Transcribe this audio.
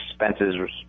expenses